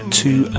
two